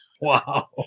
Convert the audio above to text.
Wow